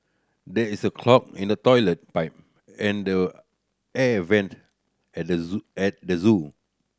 there is a clog in the toilet pipe and the air vent at the zoo at the zoo